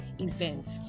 events